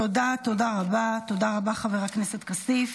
תודה רבה, חבר הכנסת כסיף.